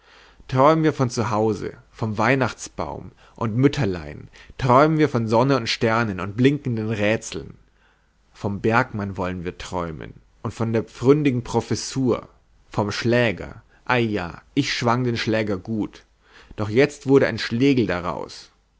träumen wir von zu hause vom weihnachtsbaum und mütterlein träumen wir von sonne und sternen und blinkenden rätseln vom bergmann wollen wir träumen und von der pfründigen professur vom schläger ei ja ich schwang den schläger gut doch jetzt wurde ein schlegel daraus